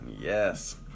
Yes